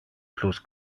plus